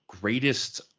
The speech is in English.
greatest